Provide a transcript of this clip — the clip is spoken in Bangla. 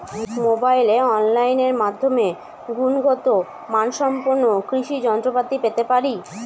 মোবাইলে অনলাইনের মাধ্যমে গুণগত মানসম্পন্ন কৃষি যন্ত্রপাতি পেতে পারি কি?